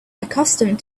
accustomed